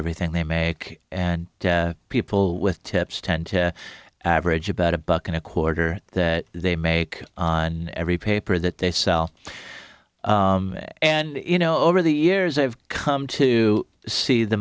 everything they make and people with tips tend to average about a buck and a quarter that they make on every paper that they sell and you know over the years i've come to see the